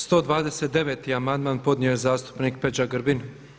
129. amandman podnio je zastupnik Peđa Grbin.